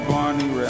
Barney